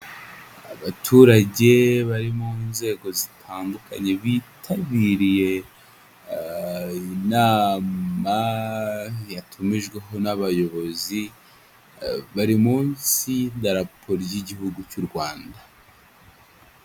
Abaturage bari mu nzego zitandukanye bitabiriye inama yatumijweho n'abayobozi bari munsi y'idaraporo y'igihugu cy'u Rwanda.